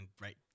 right